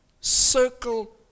circle